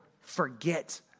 forget